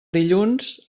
dilluns